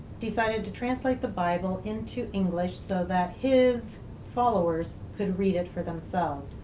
decided to translate the bible into english so that his followers could read it for themselves.